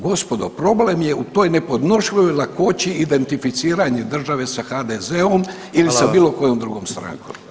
Gospodo problem je u toj nepodnošljivoj lakoći identificiranja države sa HDZ-om ili sa bilo [[Upadica: Hvala vam.]] kojom drugom strankom.